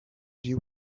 deal